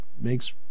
makes